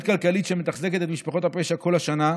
כלכלית שמתחזקת את משפחות הפשע כל השנה,